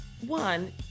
one